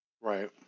Right